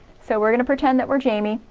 so we're gonna pretend that we're jamie,